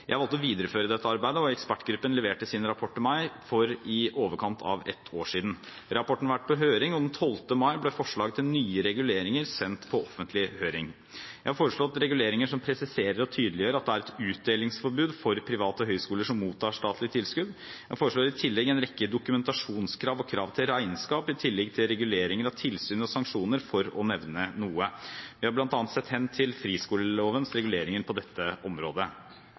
Jeg valgte å videreføre dette arbeidet, og ekspertgruppen leverte sin rapport til meg for i overkant av ett år siden. Rapporten har vært på høring, og den 12. mai ble forslag til nye reguleringer sendt på offentlig høring. Jeg har foreslått reguleringer som presiserer og tydeliggjør at det er et utdelingsforbud for private høyskoler som mottar statlige tilskudd. Jeg foreslår i tillegg en rekke dokumentasjonskrav og krav til regnskap, i tillegg til reguleringer av tilsyn og sanksjoner, for å nevne noe. Vi har bl.a. sett hen til friskolelovens reguleringer på dette området.